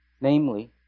Namely